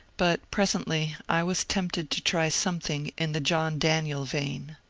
but presently i was tempted to try something in the john daniel vein.